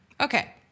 Okay